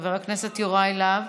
חבר הכנסת יוראי להב.